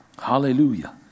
Hallelujah